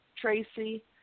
Tracy